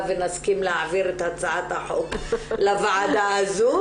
ונסכים להעביר את הצעת החוק לוועדה הזו,